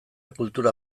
kultura